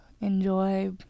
enjoy